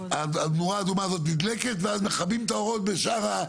הנורה האדומה הזאת נדלקת ואז מכבים את האורות בשאר הבדיקות.